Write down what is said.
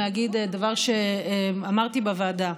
להגיד דבר שאמרתי בוועדה.